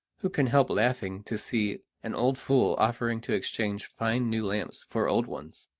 who can help laughing to see an old fool offering to exchange fine new lamps for old ones?